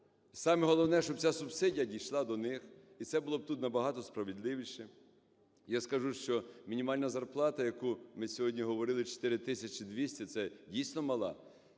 Саме головне, щоб ця субсидія дійшла до них, і це було б тут набагато справедливіше. Я скажу, що мінімальна зарплата, яку ми сьогодні говорили, 4 тисячі 200, це дійсно мала.